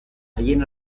haien